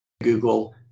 Google